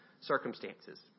circumstances